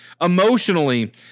Emotionally